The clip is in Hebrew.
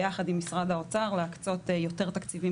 ביחד עם משרד האוצר להקצות יותר תקציבים